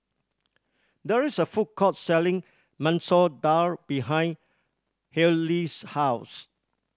there is a food court selling Masoor Dal behind Hailie's house